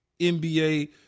NBA